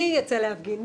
מי יצא להפגין?